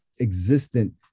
existent